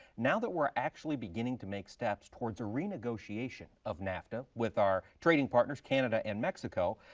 now that we're actually beginning to make steps towards a renegotiation of nafta with our trading partners, canada and mexico,